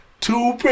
Two